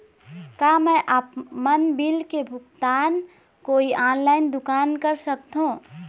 का मैं आपमन बिल के भुगतान कोई ऑनलाइन दुकान कर सकथों?